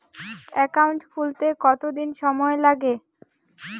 Account খুলতে কতদিন সময় লাগে?